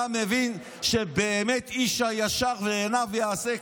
אתה מבין שבאמת איש הישר בעיניו יעשה,